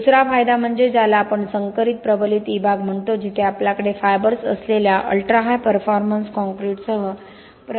दुसरा फायदा म्हणजे ज्याला आपण संकरित प्रबलित विभाग म्हणतो जिथे आपल्याकडे फायबर्स असलेल्या अल्ट्राहाय परफॉर्मन्स कॉंक्रिटसह प्रबलित कंक्रीट बीम आहे